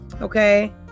Okay